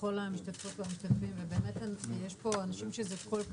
ולכל המשתתפות והמשתתפים ובאמת יש פה אנשים שזה כל כך